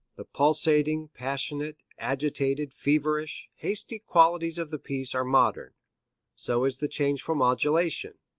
the pulsating, passionate, agitated, feverish, hasty qualities of the piece are modern so is the changeful modulation.